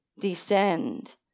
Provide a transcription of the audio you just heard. descend